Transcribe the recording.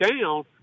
down